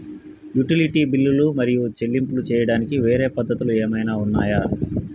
Utility బిల్లులు మరియు చెల్లింపులు చేయడానికి వేరే పద్ధతులు ఏమైనా ఉన్నాయా?